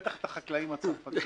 בטח את החקלאים הצרפתיים.